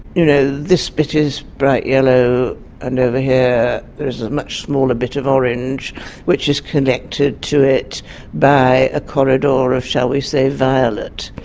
you know, this bit is bright yellow and over here is a much smaller bit of orange which is connected to it by a corridor of shall we say violet.